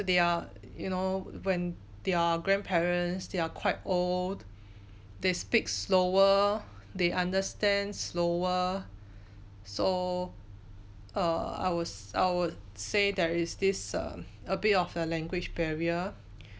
they are you know when they are grandparents they are quite old they speak slower they understand slower so err I would I would say there is this err a bit of a language barrier